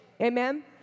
Amen